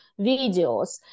videos